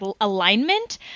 alignment